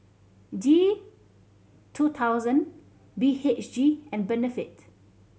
G two thousand B H G and Benefit